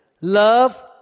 love